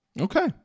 Okay